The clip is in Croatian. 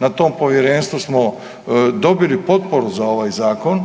a tom povjerenstvu smo dobili potporu za ovaj Zakon